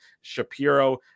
shapiro